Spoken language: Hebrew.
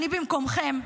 במקומכם,